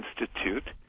institute